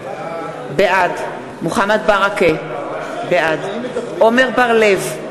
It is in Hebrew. בעד מוחמד ברכה, בעד עמר בר-לב,